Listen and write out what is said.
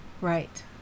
Right